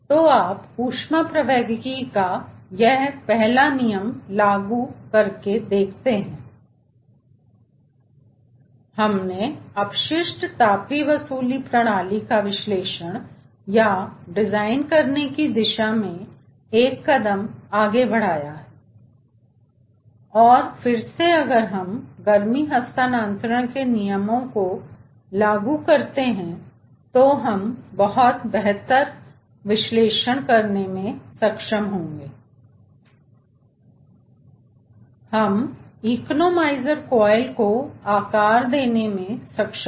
तो आप ऊष्मप्रवैगिकी का पहला नियम लागू करके देखते हैं हमने अपशिष्ट ताप वसूली प्रणाली का विश्लेषण या डिजाइन करने की दिशा में एक कदम आगे बढ़ाया है और फिर से अगर हम गर्मी हस्तांतरण के नियमों को लागू करते हैं तो हम बहुत बेहतर विश्लेषण करने में सक्षम होंगे हम इकोनोमाइज़र कॉइलको आकार देने में सक्षम हो